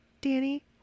Danny